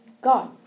God